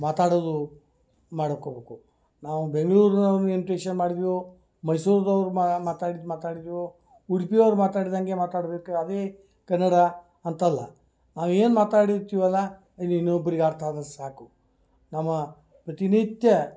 ಮಾತಾಡೋದು ಮಾಡೋಕೆ ಹೋಗ್ಬೇಕು ನಾವು ಬೆಂಗ್ಳೂರಿನವ್ರನ್ನ ಇನ್ವಿಟೇಷನ್ ಮಾಡಿದ್ವಿಯೋ ಮೈಸೂರಿನವ್ರು ಮಾತಾಡಿದ್ದು ಮಾತಾಡಿದ್ವಿಯೋ ಉಡುಪಿಯೋರು ಮಾತಾಡ್ದಂಗೆ ಮಾತಾಡಬೇಕ ಅದೇ ಕನ್ನಡ ಅಂತಲ್ಲ ನಾವು ಏನು ಮಾತಾಡಿರ್ತೀವಲ್ಲ ಅದು ಇನ್ನೊಬ್ರಿಗೆ ಅರ್ಥ ಆದ್ರೆ ಸಾಕು ನಮ್ಮ ಪ್ರತಿನಿತ್ಯ